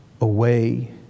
away